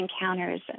encounters